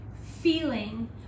feeling